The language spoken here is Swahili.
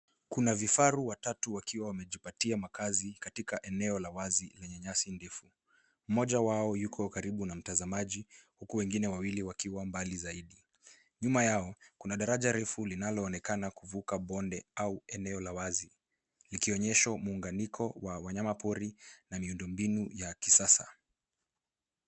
Kuna vifaru watatu wakiwa wamejipatia makaazi katika eneo la wazi lenye nyasi ndefu. Mmoja wao yuko karibu na mtazamaji huku wengine wawili wakiwa mbali zaidi. Nyuma yao, kuna daraja refu linaloonekana kuvuka bonde au eneo la wazi likionyesha muunganiko wa wanyama pori na miundo mbinu ya kisasa.